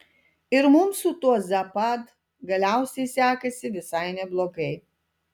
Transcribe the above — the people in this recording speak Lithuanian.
ir mums su tuo zapad galiausiai sekasi visai neblogai